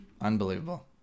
Unbelievable